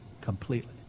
Completely